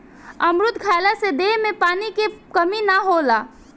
अमरुद खइला से देह में पानी के कमी ना होला